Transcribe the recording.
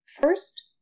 First